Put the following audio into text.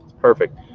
Perfect